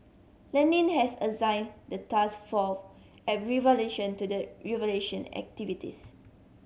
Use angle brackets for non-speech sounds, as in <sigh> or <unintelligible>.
Lenin has assigned the task for <unintelligible> revolution to the revolution activist